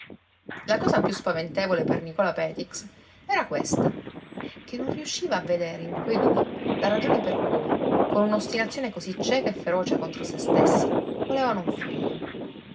la cosa più spaventevole per nicola petix era questa che non riusciva a vedere in quei due la ragione per cui con un'ostinazione cosí cieca e feroce contro se stessi volevano un figlio